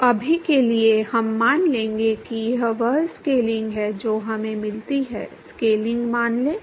तो अभी के लिए हम मान लेंगे कि यह वह स्केलिंग है जो हमें मिलती है स्केलिंग मान लें